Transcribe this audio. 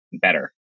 better